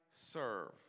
serve